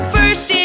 First